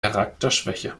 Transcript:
charakterschwäche